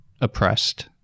oppressed